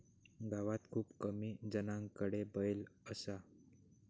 गावात खूप कमी जणांकडे बैल असा